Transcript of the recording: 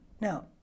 Now